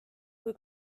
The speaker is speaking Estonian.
kui